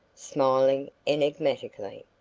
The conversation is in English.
smiling enigmatically.